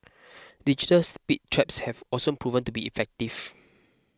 digital speed traps have also proven to be effective